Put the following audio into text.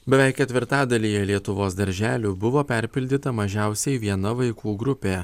beveik ketvirtadalyje lietuvos darželių buvo perpildyta mažiausiai viena vaikų grupė